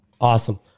Awesome